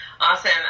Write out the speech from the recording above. Awesome